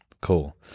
cool